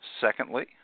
Secondly